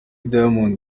diamond